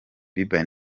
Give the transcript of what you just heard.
bieber